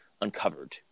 uncovered